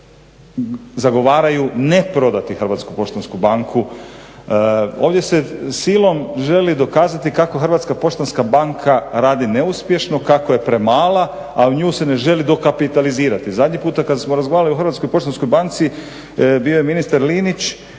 zagovaraju ne prodati HPB. Ovdje se silom želi dokazati kako HPB radi neuspješno, kako je premala, a u nju se ne želi dokapitalizirati. Zadnji puta kada smo razgovarali o HPB-u bio je ministar Linić